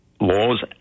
laws